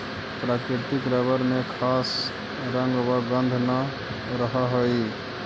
प्राकृतिक रबर में खास रंग व गन्ध न रहऽ हइ